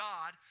God